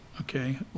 okay